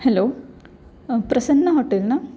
hello Prasanna hotel ना